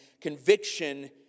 conviction